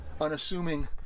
unassuming